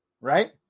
right